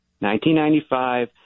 1995